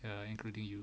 ah including you